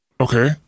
Okay